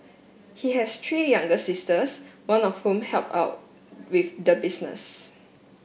he has three younger sisters one of whom help out with the business